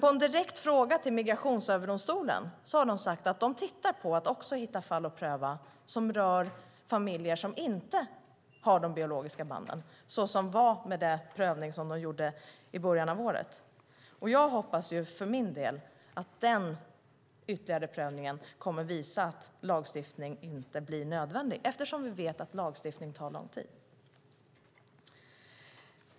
På en direkt fråga till Migrationsöverdomstolen har de sagt att de tittar på att hitta fall att pröva som rör familjer som inte har de biologiska banden. Så var det med den prövning som de gjorde i början av året. Jag hoppas för min del att den ytterligare prövningen kommer att visa att lagstiftning inte blir nödvändigt eftersom vi vet att lagstiftning tar lång tid.